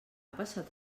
passat